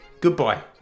Goodbye